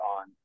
on